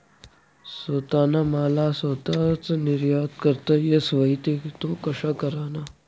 सोताना माल सोताच निर्यात करता येस व्हई ते तो कशा कराना?